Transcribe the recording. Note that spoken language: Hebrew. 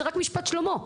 זה רק משפט שלמה,